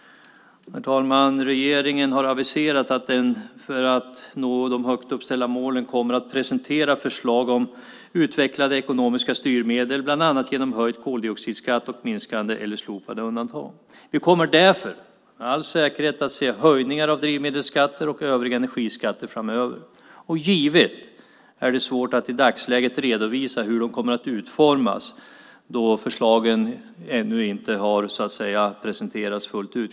Herr talman! Regeringen har aviserat att den för att nå de högt uppställda målen kommer att presentera förslag om utvecklade ekonomiska styrmedel, bland annat genom höjd koldioxidskatt och minskade eller slopade undantag. Vi kommer därför med all säkerhet att se höjningar av drivmedelsskatter och övriga energiskatter framöver. Och givetvis är det svårt att i dagsläget redovisa hur de kommer att utformas, då förslagen ännu inte har presenterats fullt ut.